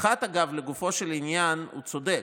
אגב, לגופו של עניין, הוא צודק.